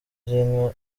z’inka